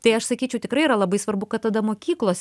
tai aš sakyčiau tikrai yra labai svarbu kad tada mokyklos